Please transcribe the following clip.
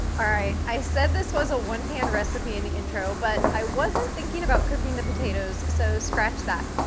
i i said this was a one-pan recipe in the intro but i wasn't thinking about cooking the potatoes. so, scratch that.